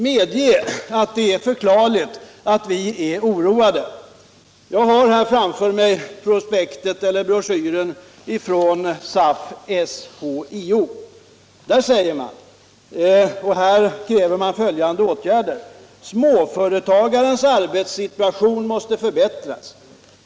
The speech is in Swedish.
Medge att det är förklarligt att vi är oroade! Jag har framför mig broschyren från SAF-SHIO. I denna broschyr krävs följande åtgärder: ”Småföretagarens arbetssituation måste förbättras.